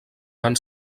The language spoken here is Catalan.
van